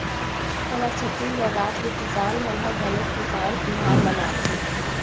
हमर छत्तीसगढ़ राज के किसान मन ह घलोक किसान तिहार मनाथे